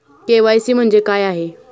KYC म्हणजे C आहे?